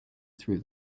through